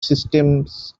systems